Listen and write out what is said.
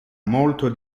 molto